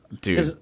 Dude